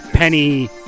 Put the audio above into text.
Penny